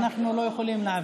אנחנו לא יכולים להעביר.